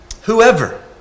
whoever